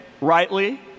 rightly